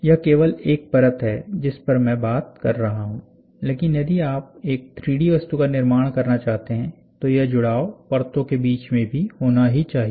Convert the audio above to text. यह केवल एक परत है जिस पर मैं बात कर रहा हूं लेकिन यदि आप एक 3डी वस्तु का निर्माण करना चाहते हैं तो यह जुड़ाव परतों के बीच में भी होना ही चाहिए